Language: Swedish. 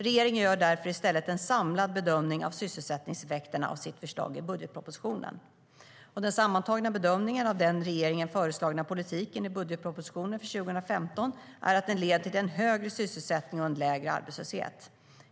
Regeringen gör därför i stället en samlad bedömning av sysselsättningseffekterna av sitt förslag i budgetpropositionen. Den sammantagna bedömningen av den av regeringen föreslagna politiken i budgetpropositionen för 2015 är att den leder till en högre sysselsättning och en lägre arbetslöshet.